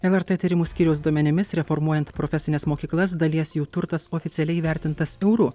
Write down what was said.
lrt tyrimų skyriaus duomenimis reformuojant profesines mokyklas dalies jų turtas oficialiai įvertintas euru